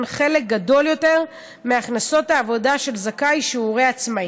חלק גדול יותר מהכנסות העבודה של זכאי שהוא הורה עצמאי.